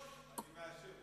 אני מאשר,